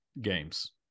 games